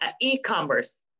e-commerce